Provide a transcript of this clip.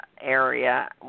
Area